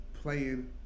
playing